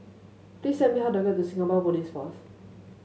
please tell me how to get to Singapore Police Force